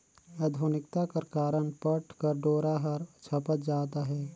आधुनिकता कर कारन पट कर डोरा हर छपत जात अहे